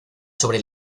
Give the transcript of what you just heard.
sobre